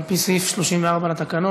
על פי סעיף 34 לתקנון.